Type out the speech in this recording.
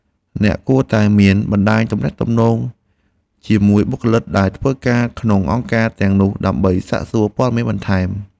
អ្នកគួរតែមានបណ្តាញទំនាក់ទំនងជាមួយបុគ្គលិកដែលធ្វើការក្នុងអង្គការទាំងនោះដើម្បីសាកសួរព័ត៌មានបន្ថែម។